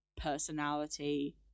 personality